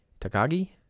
Takagi